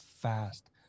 fast